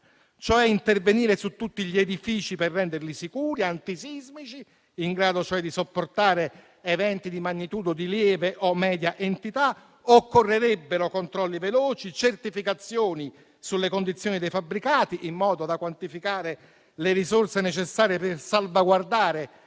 intervenire su tutti gli edifici per renderli sicuri e antisismici, in grado cioè di sopportare eventi di magnitudo di lieve o media entità. Occorrerebbero controlli veloci, certificazioni sulle condizioni dei fabbricati, in modo da quantificare le risorse necessarie per salvaguardare